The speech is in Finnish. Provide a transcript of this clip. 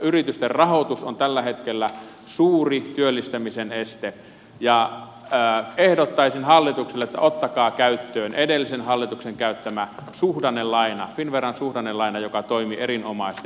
yritysten rahoitus on tällä hetkellä suuri työllistämisen este ja ehdottaisin hallitukselle että ottakaa käyttöön edellisen hallituksen käyttämä suhdannelaina finnveran suhdannelaina joka toimi erinomaisesti tällaisessa tilanteessa